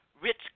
Rich